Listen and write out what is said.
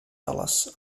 dollars